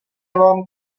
vám